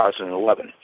2011